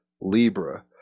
Libra